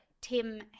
Tim